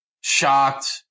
shocked